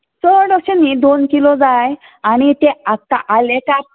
चड अशें न्हय दोन किलो जाय आनी तें आलेंकाप